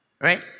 right